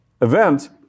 event